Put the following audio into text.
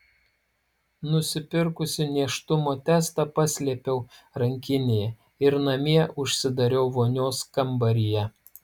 nusipirkusi nėštumo testą paslėpiau rankinėje ir namie užsidariau vonios kambaryje